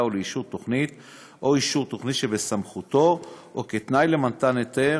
או לאישור תוכנית או אישור תוכנית שבסמכותו או כתנאי למתן היתר,